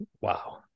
Wow